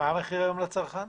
מה המחיר היום לצרכן?